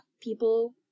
people